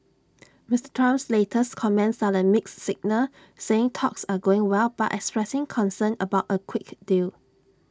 Mister Trump's latest comments are A mixed signal saying talks are going well but expressing concern about A quick deal